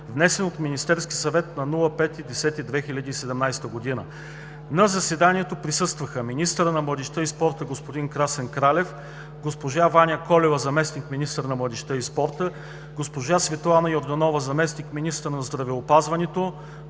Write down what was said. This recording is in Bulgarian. внесен от Министерски съвет на 05.10.2017 г. На заседанието присъстваха министърът на младежта и спорта господин Красен Кралев, госпожа Ваня Колева – заместник-министър на младежта и спорта, госпожа Светлана Йорданова – заместник-министър на здравеопазването,